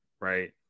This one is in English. Right